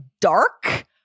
dark